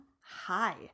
hi